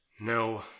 No